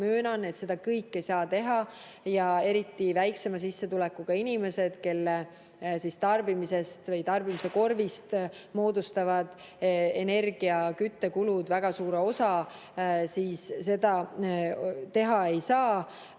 möönan, et seda kõik ei saa teha. Eriti väiksema sissetulekuga inimesed, kelle tarbimisest või tarbimiskorvist moodustavad energia‑ ja küttekulud väga suure osa, seda teha ei saa.